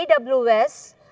AWS